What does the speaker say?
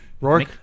Rourke